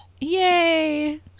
Yay